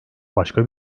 başka